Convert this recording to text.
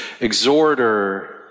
exhorter